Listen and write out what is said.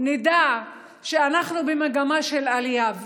נדע שאנחנו במגמה של עלייה.